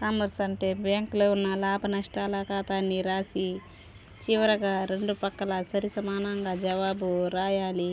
commerce అంటే బ్యాంక్లో ఉన్న లాభనష్టాల ఖాతాని రాసి చివరగా రెండు పక్కల సరిసమానంగా జవాబు రాయాలి